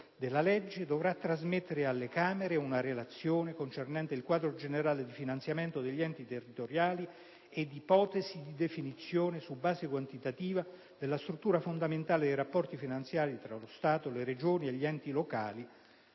legge - dovrà trasmettere alle Camere una relazione concernente il quadro generale di finanziamento degli enti territoriali ed ipotesi di definizione su base quantitativa della struttura fondamentale dei rapporti finanziari tra lo Stato, le Regioni e gli enti locali,